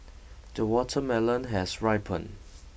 the watermelon has ripened